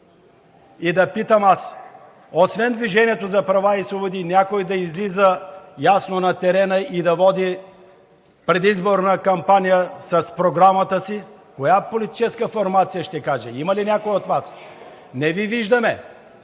И да питам аз: освен „Движението за права и свободи“ някой да излиза ясно на терена и да води предизборна кампания с програмата си? Коя политическа формация ще каже? Има ли някоя от Вас? (Шум и